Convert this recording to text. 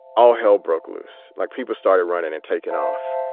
all hell broke loose like people started running and taken off.